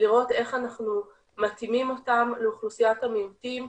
לראות איך אנחנו מתאימים אותם לאוכלוסיית המיעוטים.